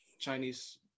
Chinese